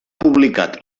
publicat